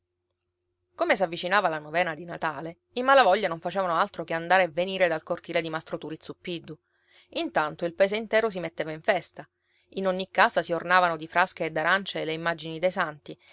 mare come s'avvicinava la novena di natale i malavoglia non facevano altro che andare e venire dal cortile di mastro turi zuppiddu intanto il paese intero si metteva in festa in ogni casa si ornavano di frasche e d'arance le immagini dei santi